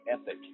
ethic